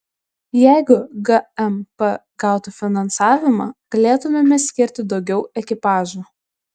jeigu gmp gautų finansavimą galėtumėme skirti daugiau ekipažų